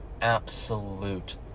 absolute